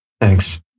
Thanks